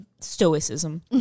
stoicism